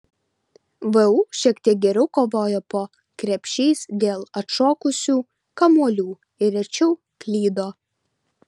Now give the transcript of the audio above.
vu šiek tiek geriau kovojo po krepšiais dėl atšokusių kamuolių ir rečiau klydo